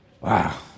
Wow